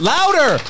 Louder